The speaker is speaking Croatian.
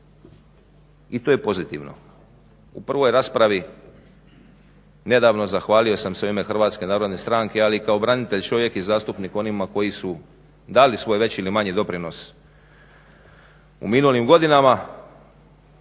I to je pozitivno. U prvoj raspravi nedavno zahvalio sam se u ime HNS-a ali i kao branitelj, čovjek i zastupnik onima koji su dali svoj veći ili manji doprinos u minulim godinama